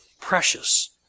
precious